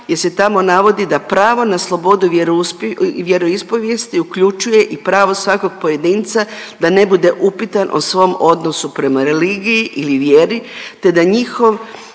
jel se tamo navodi da pravo na slobodu i vjeroispovijesti uključuje i pravo svakog pojedinca da ne bude upitan o svom odnosu prema religiji ili vjeri, te da njihov